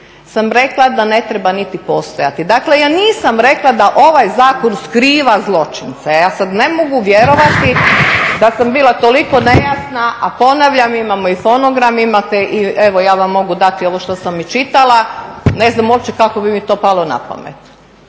sam rekla da ne treba niti postojati. Dakle, ja nisam rekla da ovaj zakon skriva zločince. Ja sad ne mogu vjerovati da sam bila toliko nejasna, a ponavljam imamo i fonogram. Imate i evo ja vam mogu dati ovo što sam i čitala. Ne znam uopće kako bi mi to palo na pamet,